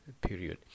period